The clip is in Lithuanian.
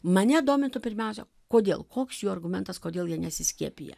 mane domintų pirmiausia kodėl koks jų argumentas kodėl jie nesiskiepija